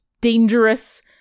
dangerous